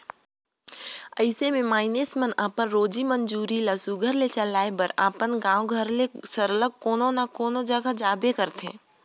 अइसे में मइनसे मन अपन रोजी मंजूरी ल सुग्घर ले चलाए बर अपन गाँव घर ले सरलग कोनो न कोनो जगहा जाबे करथे